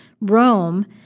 Rome